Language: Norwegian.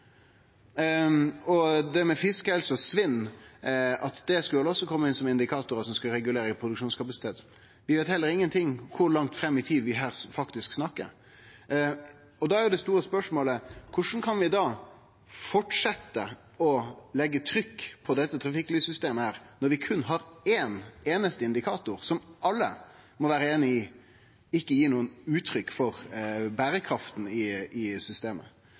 gjeld det med fiskehelse og svinn, at det vel også skulle komme inn som indikatorar som skulle regulere produksjonskapasitet, veit vi heller ingenting om kor langt fram i tid vi her snakkar. Da er det store spørsmålet: Korleis kan vi da fortsetje å leggje trykk på dette trafikklyssystemet, når vi berre har ein einaste indikator, som alle må vere einige i ikkje gir noko uttrykk for berekrafta i systemet?